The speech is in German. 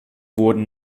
wurden